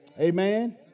Amen